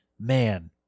Man